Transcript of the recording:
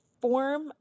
form